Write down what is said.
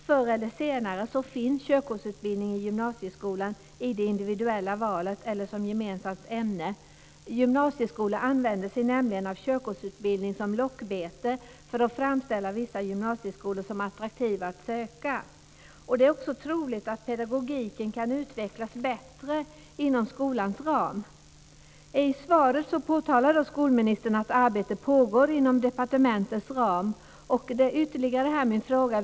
Förr eller senare kommer körkortsutbildning att finnas i gymnasieskolan i det individuella valet eller som ett gemensamt ämne. Gymnasieskolor använder sig nämligen av körkortsutbildning som lockbete för att framställa sig som attraktiva att söka. Det är också troligt att pedagogiken kan utvecklas bättre inom skolans ram. I svaret säger skolministern att det pågår ett arbete inom departementets ram.